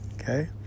Okay